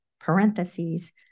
parentheses